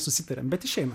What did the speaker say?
susitariame bet išeina